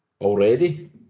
Already